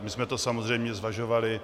My jsme to samozřejmě zvažovali.